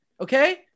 Okay